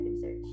search